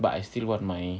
but I still want my